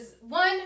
one